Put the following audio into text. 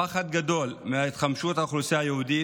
פחד גדול מהתחמשות האוכלוסייה היהודית,